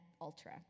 ultra